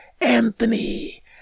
Anthony